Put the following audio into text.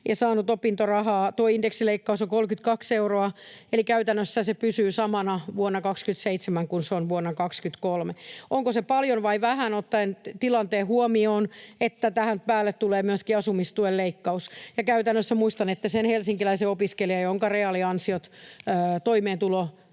ja saanut opintorahaa. Tuo indeksileikkaus on 32 euroa, eli käytännössä se pysyy samana vuonna 27 kuin se on vuonna 23. Onko se paljon vai vähän ottaen huomioon tilanteen, että tähän päälle tulee myöskin asumistuen leikkaus? Muistanette sen helsinkiläisen opiskelijan, jonka toimeentulo